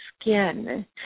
skin